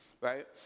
Right